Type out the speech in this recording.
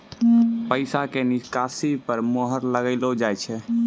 पैसा के निकासी पर मोहर लगाइलो जाय छै